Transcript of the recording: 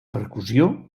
percussió